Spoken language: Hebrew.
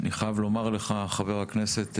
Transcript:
אני חייב לומר לך, חבר הכנסת טיבי,